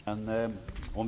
Fru talman!